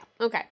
okay